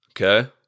Okay